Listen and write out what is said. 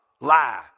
lie